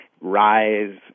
rise